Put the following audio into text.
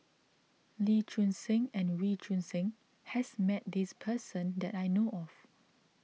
Lee Choon Seng and Wee Choon Seng has met this person that I know of